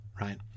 right